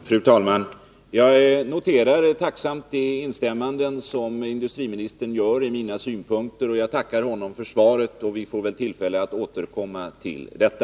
Fru talman! Jag noterar tacksamt de instämmanden som industriministern gör i mina synpunkter, och jag tackar honom även för svaret. Vi får väl tillfälle att återkomma till detta.